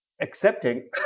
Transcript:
accepting